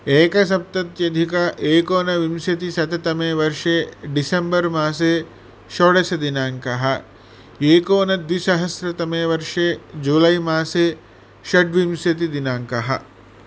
एकसप्तत्यधिक एकोनविंशतिशततमे वर्षे डिसेम्बर् मासे षोडशदिनाङ्कः एकोनद्विसहस्रतमे वर्षे जूलैमासे षड्विंशतिदिनाङ्कः